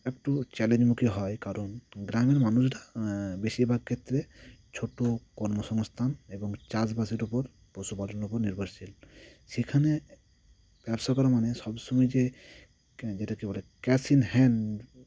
একটু চ্যালেঞ্জমুখী হয় কারণ গ্রামের মানুষরা বেশিরভাগ ক্ষেত্রে ছোট কর্মসংস্থান এবং চাষবাসের উপর পশুপালনের উপর নির্ভরশীল সেখানে ব্যবসা করা মানে সবসময় যে যেটা কী বলে ক্যাশ ইন হ্যান্ড